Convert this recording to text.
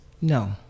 No